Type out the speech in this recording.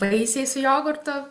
vaisiai su jogurtu